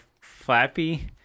flappy